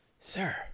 Sir